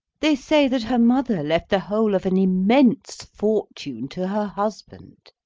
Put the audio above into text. they say that her mother left the whole of an immense fortune to her husband,